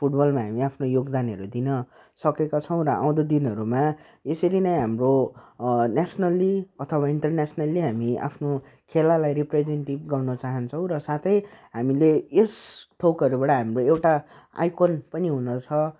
फुटबलमा हामी आफ्नो योगदानहरू दिनसकेका छौँ र आउँदो दिनहरूमा यसरी नै हाम्रो नेसनली अथवा इन्टरनेसनेली हामी आफ्नो खेलालाई रिप्रेजेन्टिभ गर्न चाहन्छौँ र साथै हामीले यस थोकहरूबाट हाम्रो एउटा आइकन पनि हुनु छ